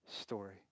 story